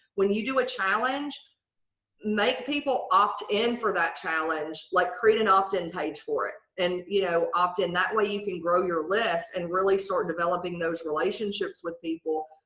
when you do a challenge make people opt in for that challenge like create an opt-in page for it. and you know opt-in that way you can grow your list and really sort of developing those relationships with people.